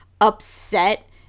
upset